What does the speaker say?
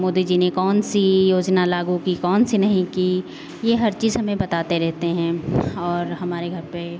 मोदी जी ने कौन सी योजना लागू की कौन सी नहीं की ये हर चीज हमें बताते रहते हैं और हमारे घर पे